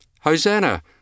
Hosanna